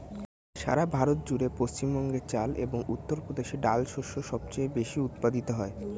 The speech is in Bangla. সারা ভারত জুড়ে পশ্চিমবঙ্গে চাল এবং উত্তরপ্রদেশে ডাল শস্য সবচেয়ে বেশী উৎপাদিত হয়